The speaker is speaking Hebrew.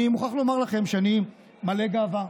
אני מוכרח לומר לכם שאני מלא גאווה,